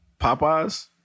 Popeyes